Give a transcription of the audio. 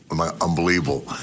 unbelievable